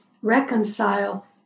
reconcile